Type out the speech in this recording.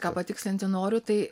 ką patikslinti noriu tai